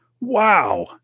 Wow